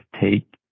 take